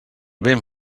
vent